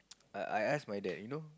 I I ask my dad you know